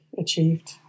achieved